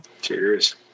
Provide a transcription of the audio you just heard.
Cheers